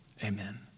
Amen